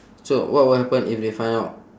so what will happen if they find out